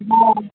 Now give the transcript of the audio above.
नहि